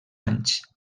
anys